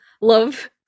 love